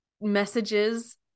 messages